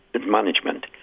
Management